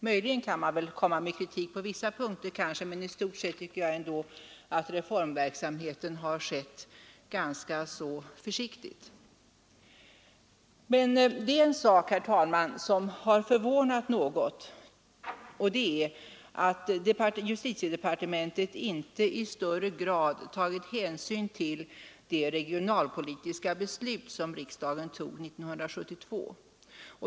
Möjligen kan man komma med kritik på vissa punkter, men i stort sett tycker jag att reformverksamheten har bedrivits ganska försiktigt. Det är emellertid en sak, herr talman, som har förvånat något och det är att justitiedepartementet inte i högre grad tagit hänsyn till de regionalpolitiska beslut som riksdagen fattade 1972.